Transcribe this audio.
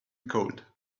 cold